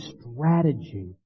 strategy